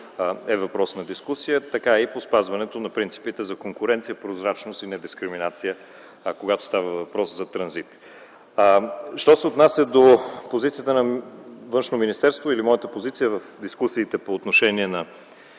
е въпрос на дискусия. Така е и по спазването на принципите за конкуренция, прозрачност и недискриминация, а когато става въпрос за транзит. Що се отнася до позицията на Министерството на външните работи или моята позиция в дискусиите по отношение на